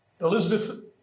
Elizabeth